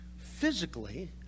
physically